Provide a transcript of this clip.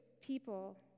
people